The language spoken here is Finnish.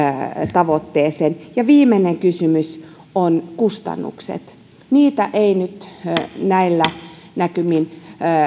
tavoitteeseen ja viimeinen kysymys on kustannukset niitä ei nyt näillä näkymin